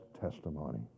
testimony